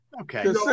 Okay